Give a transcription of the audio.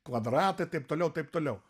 kvadratai taip toliau taip toliau